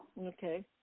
Okay